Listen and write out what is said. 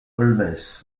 holmes